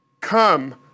come